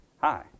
Hi